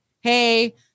hey